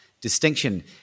distinction